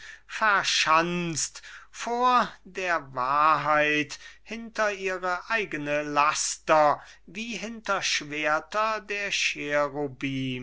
verschanzt eure großen verschanzt vor der wahrheit hinter ihre eigenen laster wie hinter schwerter der